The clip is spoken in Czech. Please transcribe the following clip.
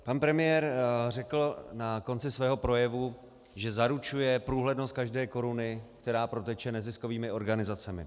Pan premiér řekl na konci svého projevu, že zaručuje průhlednost každé koruny, která proteče neziskovými organizacemi.